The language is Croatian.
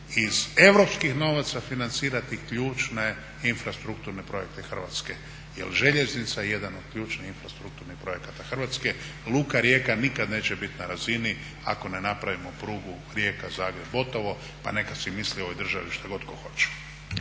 iz europskih novaca financirati ključne infrastrukturne projekte Hrvatske jer željeznica je jedan od ključnih infrastrukturnih projekata Hrvatske. Luka rijeka nikad neće bit na razini ako ne napravimo prugu Rijeka-Zagreb-Botovo pa neka svi misle u ovoj državi što god tko hoće.